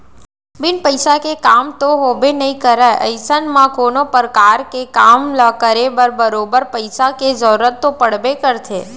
बिन पइसा के काम तो होबे नइ करय अइसन म कोनो परकार के काम ल करे बर बरोबर पइसा के जरुरत तो पड़बे करथे